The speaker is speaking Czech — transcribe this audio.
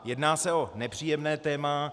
Jedná se o nepříjemné téma.